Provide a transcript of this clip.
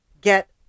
get